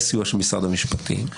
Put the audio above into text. בסיוע משרד המשפטים,